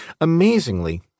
Amazingly